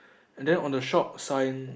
and then on the shop sign